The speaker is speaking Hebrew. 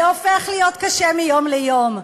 זה הופך להיות קשה מיום ליום.